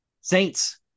Saints